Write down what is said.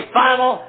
final